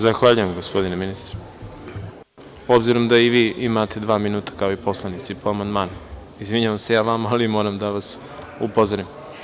Zahvaljujem, gospodine ministre, obzirom da i vi imate dva minuta, kao i poslanici, po amandmanu. (Branislav Nedimović: Izvinite.) Izvinjavam se ja vama, ali moram da vas upozorim.